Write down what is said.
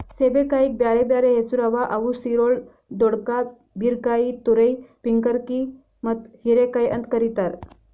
ಸೇಬೆಕಾಯಿಗ್ ಬ್ಯಾರೆ ಬ್ಯಾರೆ ಹೆಸುರ್ ಅವಾ ಅವು ಸಿರೊಳ್, ದೊಡ್ಕಾ, ಬೀರಕಾಯಿ, ತುರೈ, ಪೀರ್ಕಂಕಿ ಮತ್ತ ಹೀರೆಕಾಯಿ ಅಂತ್ ಕರಿತಾರ್